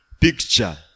picture